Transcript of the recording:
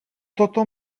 toto